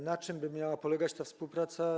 Na czym miałaby polegać ta współpraca?